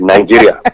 Nigeria